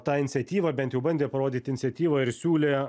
tą iniciatyvą bent jau bandė parodyti iniciatyvą ir siūlė